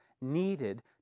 needed